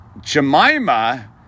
Jemima